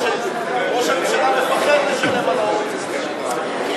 מה שראש הממשלה מפחד לשלם על האומץ הזה,